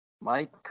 Mike